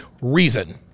reason